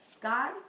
God